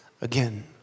again